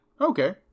Okay